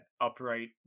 upright